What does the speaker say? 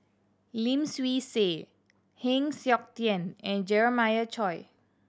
Lim Swee Say Heng Siok Tian and Jeremiah Choy